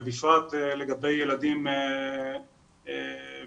ובפרט לגבי ילדים ונוער.